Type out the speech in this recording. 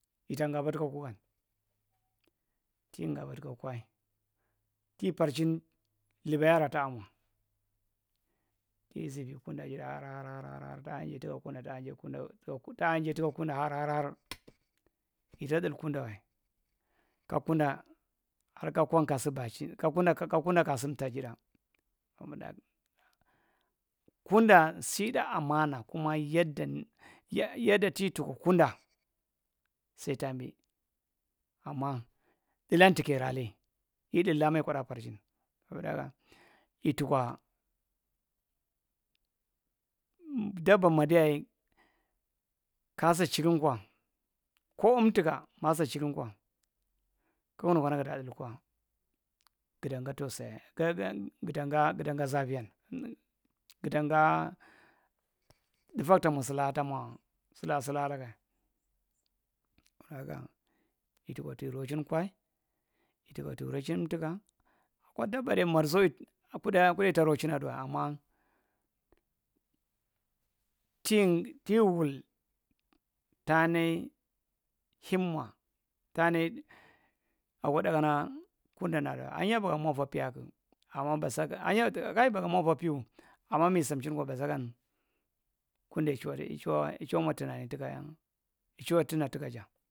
Iyangobu tuka kugan ti ngaba tuka kwae ti palchin libaya arra thamwa kisi vi kwuda ajiɗɗa har har har taa jae tika kwuda taanjae tuka kwudu itaɗil kuda wae ka kuu’nda har ka kwan ka sibaachin ka kuuda ka kuuda ka sinmta ajiɗɗa. kama ɗayi. Kuuda sitala amaana kuma yaɗɗa yaɗɗa ti tukwa kuuɗa saitambi ammadhilan tukerale yidhulli amma yi kwadaa pakchin so ɗaegan itikwa ɗaɓɓa madiya ye kaasa chiringg kwa ko umtoka maa chiring kwa kigunu kana guda dilli kwa giɗɗanga tosiyin giɗɗangha zafiyan giddanghaa tdufach tomo sulaka tamo slugae salalagae kaga itukwa ti rochin kwae itukwa ti rochim umtiki kwaɗɗuwae amma tie tiwul taanai chimma taa nai abu nakana kuuda dan aɗa; aɗuwaw ahinyae bakamwa irra piyaaku ammabasakan, kai bakamwauvvah piwu amma misimchin kwa basakan kuɗa ichuwa di ithwae ichuea ma tuna tuka ichuwa tuna tuna jaa.